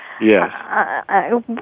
Yes